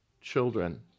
children